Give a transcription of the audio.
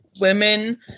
women